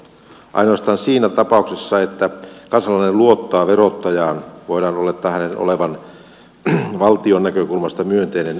ainoastaan siinä tapauksessa että kansalainen luottaa verottajaan voidaan olettaa hänen olevan valtion näkökulmasta myönteinen veronmaksaja